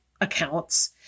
accounts